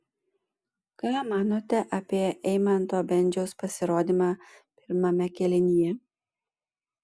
ką manote apie eimanto bendžiaus pasirodymą pirmame kėlinyje